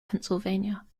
pennsylvania